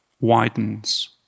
widens